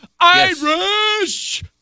Irish